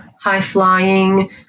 high-flying